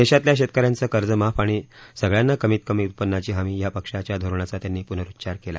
देशातल्या शेत याचं कर्जमाफ आणि सगळयांना कमीत कमी उत्पन्नाची हमी या पक्षाच्या धोरणाचा त्यांनी पुनरुच्चार केला